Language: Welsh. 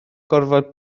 gorfod